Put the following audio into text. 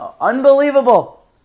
unbelievable